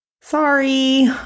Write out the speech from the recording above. sorry